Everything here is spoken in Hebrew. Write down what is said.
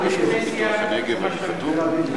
מורסה, ו"אובססיה" זה מה שאתה מתכוון אליו.